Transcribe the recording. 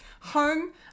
home